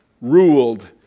ruled